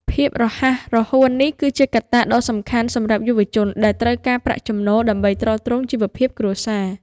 ភាពរហ័សរហួននេះគឺជាកត្តាដ៏សំខាន់សម្រាប់យុវជនដែលត្រូវការប្រាក់ចំណូល ដើម្បីទ្រទ្រង់ជីវភាពគ្រួសារ។